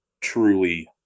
truly